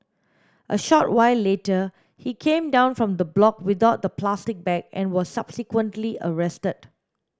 a short while later he came down from the block without the plastic bag and was subsequently arrested